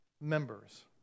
members